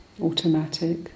automatic